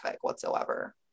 whatsoever